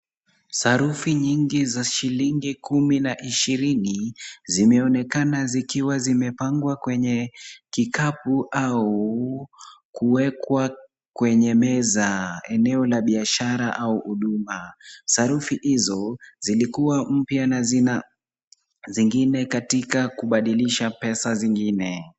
Sarafu nyingi za shilingi kumi na ishirini, zimeonekana zikiwa zimepangwa kwenye kikapu au kuwekwa kwenye meza, eneo la biashara au huduma. Sarafu hizo zilikuwa mpya na zina zingine katika kubadilisha pesa zingine.